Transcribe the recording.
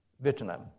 Vietnam